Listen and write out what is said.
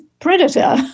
predator